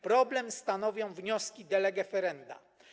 Problem stanowią wnioski de lege ferenda.